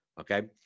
okay